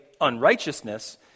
unrighteousness